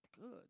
good